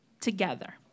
together